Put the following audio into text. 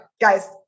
guys